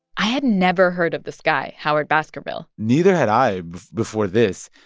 i had never heard of this guy howard baskerville neither had i before this.